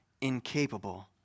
incapable